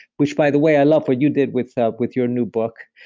which by the way, i love what you did with ah with your new book,